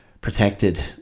protected